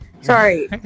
sorry